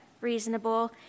reasonable